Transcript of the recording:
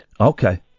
Okay